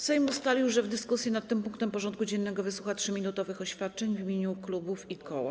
Sejm ustalił, że w dyskusji nad tym punktem porządku dziennego wysłucha 3-minutowych oświadczeń w imieniu klubów i koła.